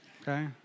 okay